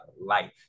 Life